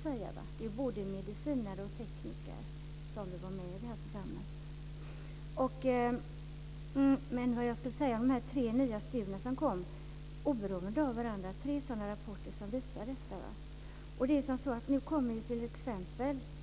I det vill både medicinare och tekniker vara med. De tre nya studier som nu kommit är oberoende av varandra och pekar i samma riktning. Nu kommer